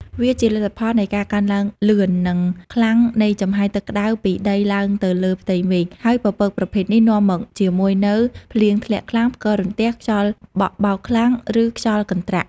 វាជាលទ្ធផលនៃការកើនឡើងលឿន និងខ្លាំងនៃចំហាយទឹកក្តៅពីដីឡើងទៅលើផ្ទៃមេឃ ហើយពពកប្រភេទនេះនាំមកជាមួយនូវ ភ្លៀងធ្លាក់ខ្លាំង ផ្គររន្ទះ ខ្យល់បក់បោកខ្លាំង ឬខ្យល់កន្ត្រាក់។